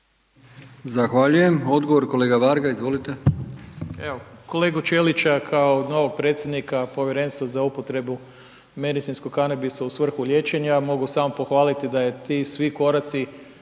izvolite. **Varga, Siniša (Nezavisni)** Evo, kolegu Ćelića kao novog predsjednika Povjerenstva za upotrebu medicinskog kanabisa u svrhu liječenja mogu samo pohvaliti da je svi ti koraci,